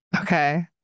Okay